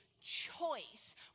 choice